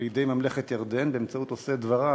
לידי ממלכת ירדן באמצעות עושה דברה,